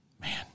Man